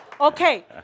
Okay